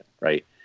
right